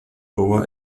over